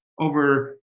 over